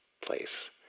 place